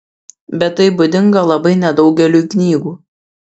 bet tai būdinga labai nedaugeliui knygų